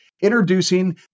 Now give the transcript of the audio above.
Introducing